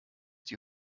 die